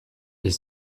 est